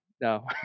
No